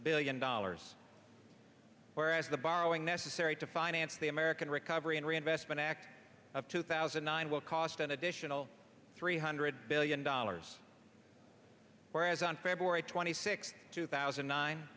billion dollars whereas the borrowing necessary to finance the american recovery and reinvestment act of two thousand and nine will cost an additional three hundred billion dollars whereas on february twenty sixth two thousand